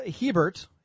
Hebert